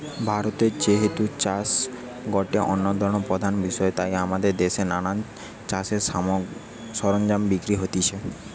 ভারতে যেহেতু চাষ গটে অন্যতম প্রধান বিষয় তাই আমদের দেশে নানা চাষের সরঞ্জাম বিক্রি হতিছে